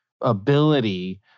ability